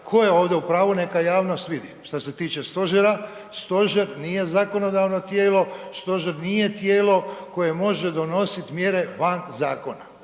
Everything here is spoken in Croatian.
tko je ovdje u pravu neka javnost vidi. Šta se tiče stožera, stožer nije zakonodavno tijelo, stožer nije tijelo koje može donositi mjere van zakona